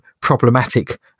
problematic